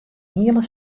hiele